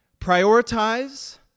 prioritize